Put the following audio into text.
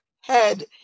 head